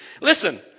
Listen